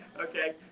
okay